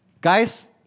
Guys